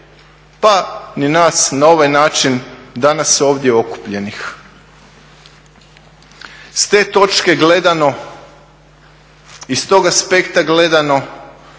pa ni nas na ovaj način danas ovdje okupljenih. S te točke gledano i s tog aspekta gledano